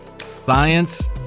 Science